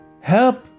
help